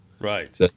right